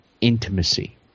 intimacy